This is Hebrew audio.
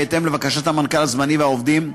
בהתאם לבקשת המנכ"ל הזמני והעובדים,